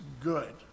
good